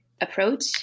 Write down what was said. approach